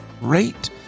rate